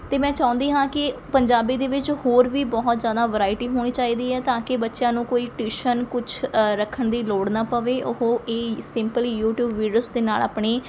ਅਤੇ ਮੈਂ ਚਾਹੁੰਦੀ ਹਾਂ ਕਿ ਪੰਜਾਬੀ ਦੇ ਵਿੱਚ ਹੋਰ ਵੀ ਬਹੁਤ ਜ਼ਿਆਦਾ ਵਰਾਇਟੀ ਹੋਣੀ ਚਾਹੀਦੀ ਹੈ ਤਾਂ ਕਿ ਬੱਚਿਆਂ ਨੂੰ ਕੋਈ ਟਿਊਸ਼ਨ ਕੁਛ ਰੱਖਣ ਦੀ ਲੋੜ ਨਾ ਪਵੇ ਉਹ ਇਹ ਸਿੰਪਲੀ ਯੂਟਿਊਬ ਵੀਡੀਓਸ ਦੇ ਨਾਲ ਆਪਣੀ